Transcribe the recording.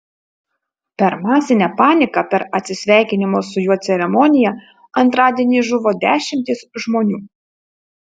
per masinę paniką per atsisveikinimo su juo ceremoniją antradienį žuvo dešimtys žmonių